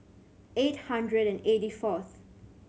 eight hundred and eighty fourth